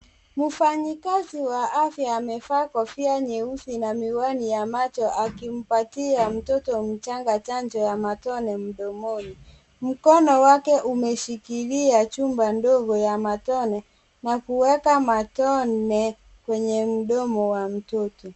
Mfanyikazi wa afya amevaa kofia nyeusi na miwani ya macho akimpatia mtoto mchanga chanjo ya matone mdomoni. Mkono wake umeshikilia chupa ndogo ya matone na kuweka matone kwenye mdomo wa mtoto.